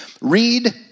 read